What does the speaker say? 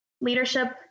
leadership